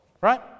Right